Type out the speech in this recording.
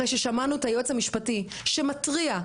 אחרי ששמענו את היועץ המשפטי שמתריע,